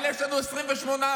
אבל יש לנו 28 הרוגים,